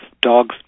dogs